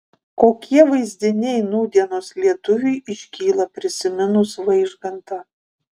kokie vaizdiniai nūdienos lietuviui iškyla prisiminus vaižgantą